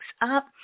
up